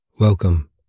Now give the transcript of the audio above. Welcome